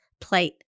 plate